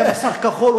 היה מסך כחול,